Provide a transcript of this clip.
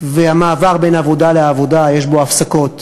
והמעבר בין עבודה לעבודה יש בו הפסקות